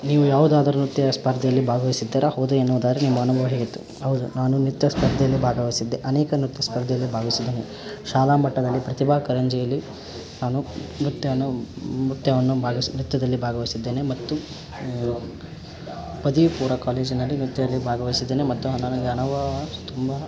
ನೀವು ಯಾವುದಾದರು ನೃತ್ಯ ಸ್ಪರ್ಧೆಯಲ್ಲಿ ಭಾಗವಹಿಸಿದ್ದಿರಾ ಹೌದು ಎನ್ನುವುದಾರೆ ನಿಮ್ಮ ಅನುಭವ ಹೆೇಗಿತ್ತು ಹೌದು ನಾನು ನೃತ್ಯ ಸ್ಪರ್ಧೆಯಲ್ಲಿ ಭಾಗವಹಿಸಿದ್ದೆ ಅನೇಕ ನೃತ್ಯ ಸ್ಪರ್ಧೆಯಲ್ಲಿ ಭಾಗವಹಿಸಿದ್ದೇನೆ ಶಾಲಾ ಮಟ್ಟದಲ್ಲಿ ಪ್ರತಿಭಾ ಕಾರಂಜಿಯಲ್ಲಿ ನಾನು ನೃತ್ಯವನ್ನು ನೃತ್ಯವನ್ನು ಬಾಗಿಸಿ ನೃತ್ಯದಲ್ಲಿ ಭಾಗವಹಿಸಿದ್ದೇನೆ ಮತ್ತು ಪದವಿ ಪೂರ್ವ ಕಾಲೇಜಿನಲ್ಲಿ ನೃತ್ಯದಲ್ಲಿ ಭಾಗವಹಿಸಿದ್ದೇನೆ ಮತ್ತು ನನಗೆ ಅನುಭವ ತುಂಬ